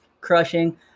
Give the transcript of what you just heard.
crushing